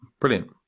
brilliant